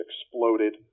exploded